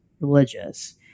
religious